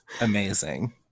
Amazing